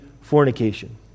fornication